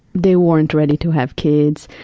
they weren't ready to have kids,